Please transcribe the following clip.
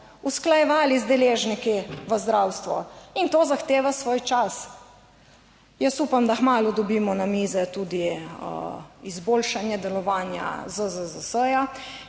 usklajevali z deležniki v zdravstvu. In to zahteva svoj čas. Jaz upam, da kmalu dobimo na mize tudi izboljšanje delovanja ZZZS